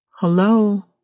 Hello